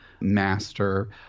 master